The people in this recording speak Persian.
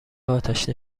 آتش